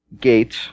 gate